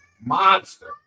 monster